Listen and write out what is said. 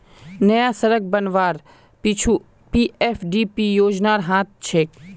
नया सड़क बनवार पीछू पीएफडीपी योजनार हाथ छेक